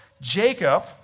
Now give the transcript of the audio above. Jacob